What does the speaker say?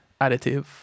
additive